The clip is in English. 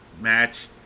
match